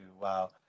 wow